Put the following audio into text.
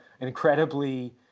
incredibly